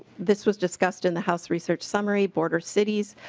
this was discussed in the house research summary border cities.